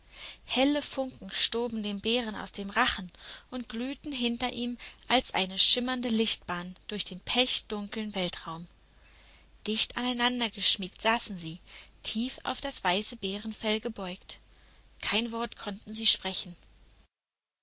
helle funken stoben dem bären aus dem rachen und glühten hinter ihm als eine schimmernde lichtbahn durch den pechdunkeln weltenraum dicht aneinandergeschmiegt saßen sie tief auf das weiße bärenfell gebeugt kein wort konnten sie sprechen